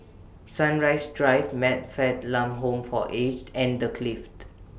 Sunrise Drive Man Fatt Lam Home For Aged and The Clift